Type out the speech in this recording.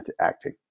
acting